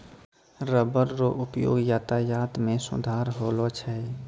rubber रो उपयोग यातायात मे सुधार अैलौ छै